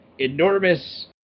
enormous